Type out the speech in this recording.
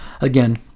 Again